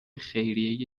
خیریه